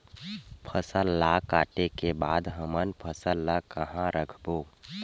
फसल ला काटे के बाद हमन फसल ल कहां रखबो?